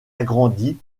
agrandi